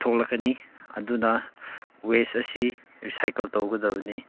ꯊꯣꯛꯂꯛꯀꯅꯤ ꯑꯗꯨꯅ ꯋꯦꯁ ꯑꯁꯤ ꯔꯤꯁꯥꯏꯀꯜ ꯇꯧꯒꯗꯕꯅꯤ